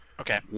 Okay